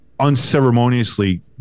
unceremoniously